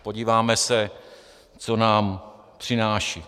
A podíváme se, co nám přináší.